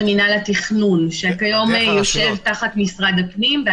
מינהל התכנון שכיום יושב תחת משרד הפנים.